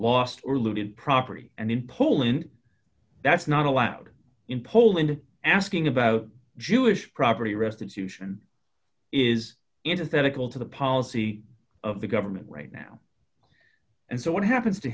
lost or looted property and in poland that's not allowed in poland asking about jewish property restitution is instead a call to the policy of the government right now and so what happens to